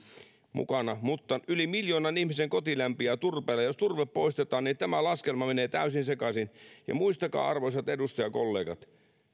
mukana yli miljoonan ihmisen koti lämpiää turpeella jos turve poistetaan tämä laskelma menee täysin sekaisin ja muistakaa arvoisat edustajakollegat kun on kova pakkanen